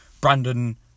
Brandon